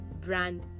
brand